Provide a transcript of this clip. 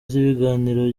z’ibiganiro